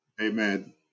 Amen